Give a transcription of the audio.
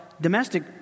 domestic